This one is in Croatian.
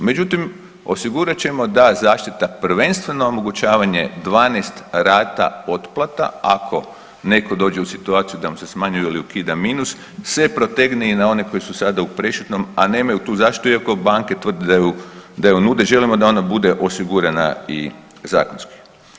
Međutim, osigurat ćemo da zaštita prvenstveno omogućavanje 12 rata otplata ako netko dođe u situaciju da mu se smanjuje ili ukida minus se protegne i na one koji su sada u prešutnom, a nemaju tu zaštitu, iako banke tvrde da ju nude, želimo da ona bude osigurana i zakonski.